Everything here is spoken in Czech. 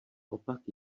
opak